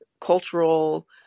cultural